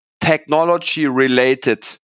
technology-related